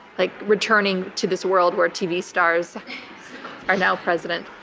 like returning to this world where tv stars are now president?